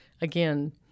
again